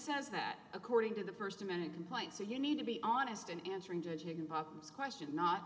says that according to the first amendment complaint so you need to be honest in answering judging papa's questions not